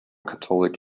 catholic